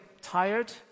tired